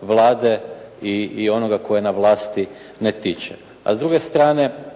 Vlade i onoga tko je na vlasti ne tiče. A s drug strane